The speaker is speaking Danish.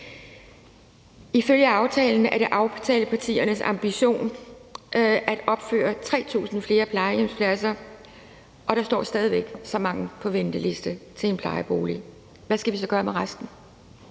Ifølge aftalen er det aftalepartiernes ambition at opføre 3.000 flere plejehjemspladser. Og der står stadig væk så mange på venteliste til en plejebolig. Hvad skal vi så gøre med resten?